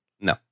No